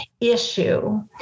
issue